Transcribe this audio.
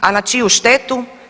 A na čiju štetu?